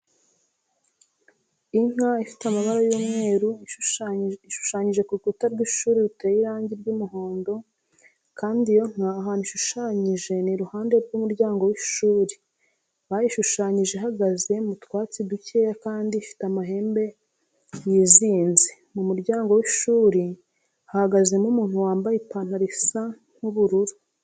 Inka ifite amabara y'umweru ishushanyije ku rukuta rw'ishuri ruteye irangi ry'umuhondo kandi iyo nka ahantu ishushanyije ni iruhande rw'umuryango w'ishuri. Bayishushanyije ihagaze mu twatsi dukeya kandi ifite amahembe yizinze. Mu muryango w'ishuri hahagazemo umuntu wambaye ipantaro isa nk'ubururu.